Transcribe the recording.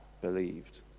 believed